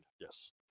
Yes